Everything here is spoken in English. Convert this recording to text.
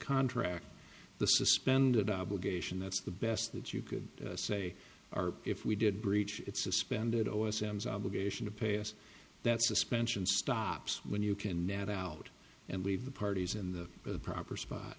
contract the suspended obligation that's the best that you could say are if we did breach it suspended or sam's obligation to pay us that suspension stops when you can nat out and leave the parties in the proper spot